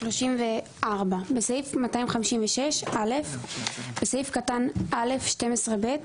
(34) בסעיף 256 - בסעיף קטן (א)(12ב),